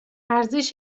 ارزش